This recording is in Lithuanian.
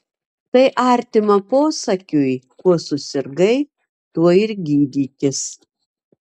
tai artima posakiui kuo susirgai tuo ir gydykis